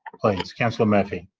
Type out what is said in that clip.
please. councillor murphy.